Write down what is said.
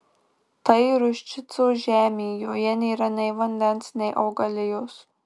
tai ruščico žemė joje nėra nei vandens nei augalijos